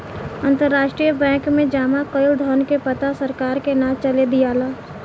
अंतरराष्ट्रीय बैंक में जामा कईल धन के पता सरकार के ना चले दियाला